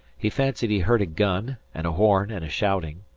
he fancied he heard a gun and a horn and shouting.